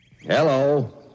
Hello